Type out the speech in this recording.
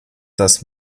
das